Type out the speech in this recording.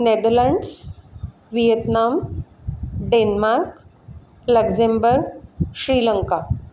Netherlands Vietnam Denmark Luxembourg Sri Lanka